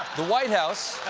the white house